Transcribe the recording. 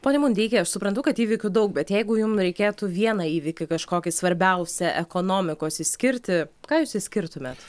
pone mundeiki aš suprantu kad įvykių daug bet jeigu jum reikėtų vieną įvykį kažkokį svarbiausią ekonomikos išskirti ką jūs išskirtumėt